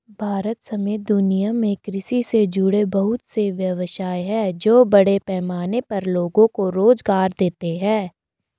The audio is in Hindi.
भारत समेत दुनिया में कृषि से जुड़े बहुत से व्यवसाय हैं जो बड़े पैमाने पर लोगो को रोज़गार देते हैं